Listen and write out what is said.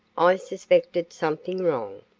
i suspected something wrong.